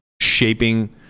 shaping